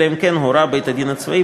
אלא אם כן הורה בית-הדין הצבאי,